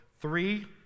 three